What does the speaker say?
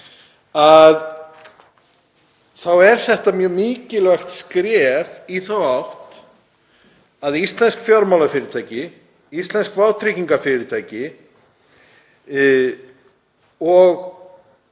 þá er þetta mjög mikilvægt skref í þá átt að íslensk fjármálafyrirtæki, íslensk vátryggingafyrirtæki og